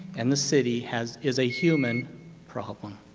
and the city has is a human problem.